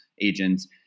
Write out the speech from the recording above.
agents